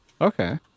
Okay